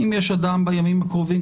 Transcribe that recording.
אם יש אדם בימים הקרובים,